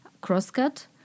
cross-cut